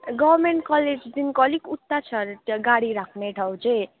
government कलेजदेखिको अलिक उता छ अरे त्यो गाडी राख्ने ठाउँ चाहिँ